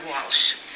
Walsh